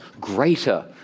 greater